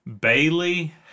Bailey